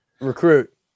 Recruit